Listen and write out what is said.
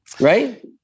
Right